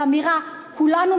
ואמירה: כולנו,